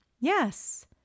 Yes